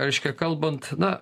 reiškia kalbant na